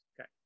Okay